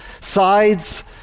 sides